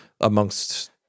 amongst